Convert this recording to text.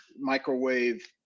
microwave